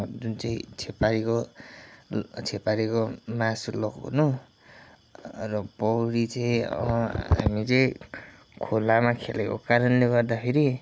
जुन चाहिँ छेपारीको छेपारीको मासु लक हुनु र पौडी चाहिँ हामी चाहिँ खोलामा खेलेको कारणले गर्दाखेरि